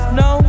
no